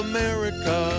America